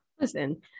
Listen